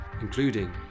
including